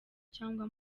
cyangwa